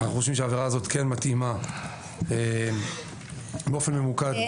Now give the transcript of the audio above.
אנחנו חושבים שהעבירה הזו כן מתאימה באופן ממוקד לחוק הזה.